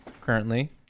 currently